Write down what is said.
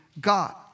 God